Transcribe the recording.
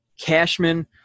Cashman